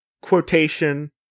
quotation